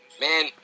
man